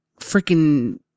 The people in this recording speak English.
freaking